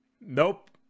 Nope